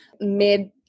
mid